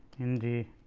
in the